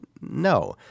No